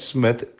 Smith